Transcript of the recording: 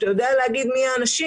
אתה יודע להגיד מי האנשים.